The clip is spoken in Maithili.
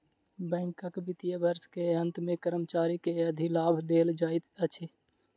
बैंकक वित्तीय वर्ष के अंत मे कर्मचारी के अधिलाभ देल जाइत अछि